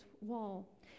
wall